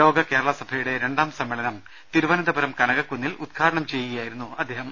ലോക കേരള സഭയുടെ രണ്ടാം സമ്മേളനം തിരുവനന്തപുരം കനക ക്കുന്നിൽ ഉദ്ഘാടനം ചെയ്യുകയായിരുന്നു അദ്ദേഹം